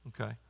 Okay